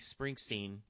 Springsteen